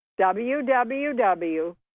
www